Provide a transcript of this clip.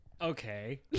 Okay